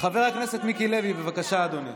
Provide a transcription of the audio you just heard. חבר הכנסת מיקי לוי, בבקשה, אדוני.